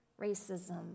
racism